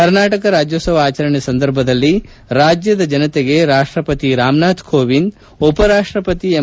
ಕರ್ನಾಟಕ ರಾಜ್ಯೋತ್ಸವ ಅಚರಣೆ ಸಂದರ್ಭದಲ್ಲಿ ರಾಜ್ಯದ ಜನತೆಗೆ ರಾಷ್ಟಪತಿ ರಾಮನಾಥ್ ಕೋವಿಂದ್ ಉಪರಾಷ್ಟಪತಿ ಎಂ